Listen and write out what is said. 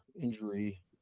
injury